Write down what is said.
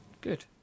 Good